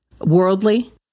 worldly